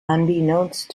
unbeknownst